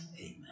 Amen